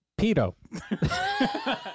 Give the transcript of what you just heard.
Pedo